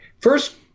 First